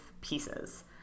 pieces